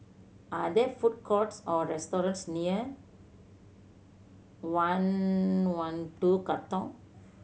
are there food courts or restaurants near I One Two Katong